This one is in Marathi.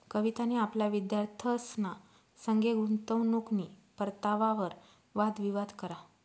कवितानी आपला विद्यार्थ्यंसना संगे गुंतवणूकनी परतावावर वाद विवाद करा